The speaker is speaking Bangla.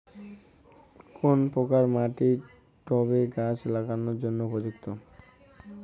কোন প্রকার মাটি টবে গাছ লাগানোর জন্য উপযুক্ত?